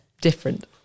different